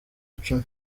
icumi